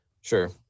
Sure